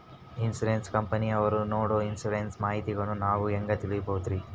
Insurance ಕಂಪನಿಯವರು ನೇಡೊ insurance ಮಾಹಿತಿಗಳನ್ನು ನಾವು ಹೆಂಗ ತಿಳಿಬಹುದ್ರಿ?